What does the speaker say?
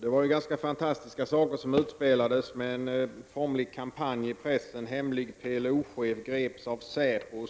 Det var ganska fantastiska saker som utspelades med en formlig kampanj i pressen: hemlig PLO-chef greps av säpo,